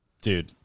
dude